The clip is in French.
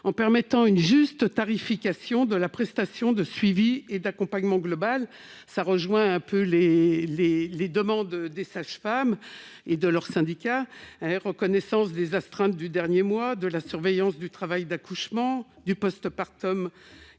en permettant une juste tarification de la prestation de suivi et d'accompagnement global, ce qui rejoint les demandes des sages-femmes et de leurs syndicats : reconnaissance des astreintes du dernier mois, de la surveillance du travail d'accouchement, du immédiat,